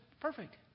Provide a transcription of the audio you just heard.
perfect